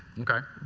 okay.